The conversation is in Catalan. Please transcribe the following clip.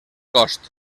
cost